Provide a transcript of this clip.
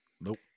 Nope